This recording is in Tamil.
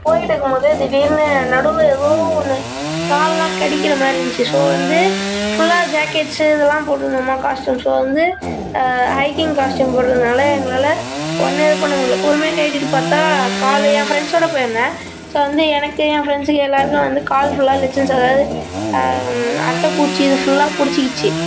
போய்ட்டுருக்கும் போதே திடீர்னு நடுவில் ஏதோ ஒன்று கால்லலாம் கடிக்கிற மாதிரி இருந்துச்சு ஸோ வந்து ஃபுல்லாக ஜாக்கெட்ஸு இதல்லாம் போட்டிருந்தோமா காஸ்ட்யூம் ஸோ வந்து ஹைகிங் காஸ்ட்யூம் போட்ருந்ததனால எங்களால் ஒன்றுமே பண்ண முடியல பொறுமையாக கழட்டிட்டு பார்த்தா கால் என் ஃப்ரெண்ட்ஸோடு போய்ருந்தேன் ஸோ வந்து எனக்கு என் ஃப்ரெண்ட்ஸுக்கு எல்லோருக்கும் வந்து கால் ஃபுல்லாக லிச்சென்ஸ் அதாவது அட்டைப்பூச்சி இது ஃபுல்லாக பிடிச்சிக்கிச்சி